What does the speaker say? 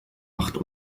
macht